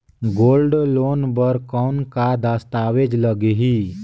Gold loan बर कौन का दस्तावेज लगही?